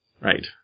right